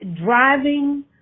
driving